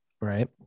Right